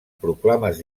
proclames